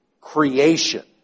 creation